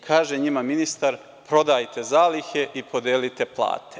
Kaže njima ministar – prodajte zalihe i podelite plate.